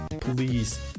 please